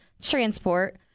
transport